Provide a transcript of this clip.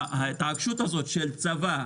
ההתעקשות הזאת על התמקדות בצבא,